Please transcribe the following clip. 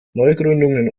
neugründungen